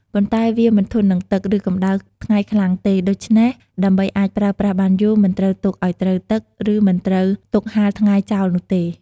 ប៉ុន្តែវាមិនធន់នឹងទឹក ឬកម្តៅថ្ងៃខ្លាំងទេ ដូច្នេះដើម្បីអាចប្រើប្រាស់បានយូរ មិនត្រូវទុកឲ្យត្រូវទឹក ឬមិនត្រូវទុកហាលថ្ងៃចោលនោះទេ។